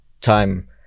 time